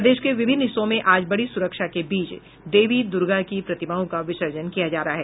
प्रदेश के विभिन्न हिस्सों में आज कड़ी सुरक्षा के बीच देवी दुर्गा की प्रतिमाओं का विसर्जन किया जा रहा है